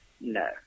No